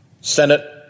Senate